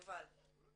יובל,